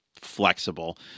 flexible